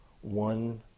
one